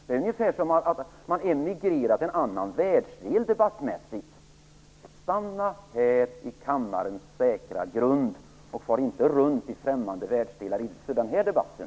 Det är ungefär som att man debattmässigt emigrerar till en annan världsdel. Stanna här i kammaren och far inte runt till främmande världsdelar, åtminstone inte i den här debatten!